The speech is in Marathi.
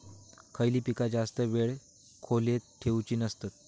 खयली पीका जास्त वेळ खोल्येत ठेवूचे नसतत?